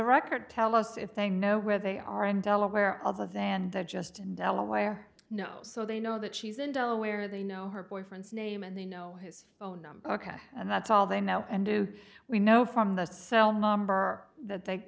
the record tell us if they know where they are in delaware other than the just in delaware know so they know that she's in delaware they know her boyfriend's name and they know his phone number ok and that's all they know and do we know from the cell number that they